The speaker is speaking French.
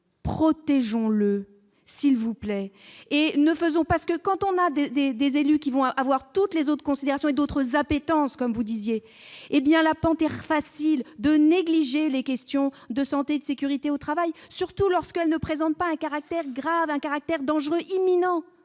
protégeant le Silvouplay. Et ne faisons parce que quand on a des, des, des élus qui vont avoir toutes les autres considérations et d'autres appétence comme vous disiez, hé bien la panthère facile de négliger les questions de santé et de sécurité au travail, surtout lorsqu'elle ne présente pas un caractère grave un caractère dangereux imminents